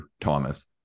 Thomas